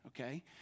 Okay